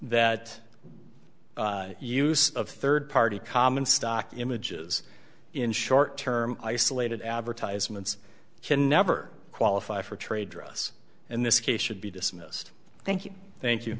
that use of third party common stock images in short term isolated advertisements can never qualify for trade dress in this case should be dismissed thank you thank you